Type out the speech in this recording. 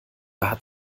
hat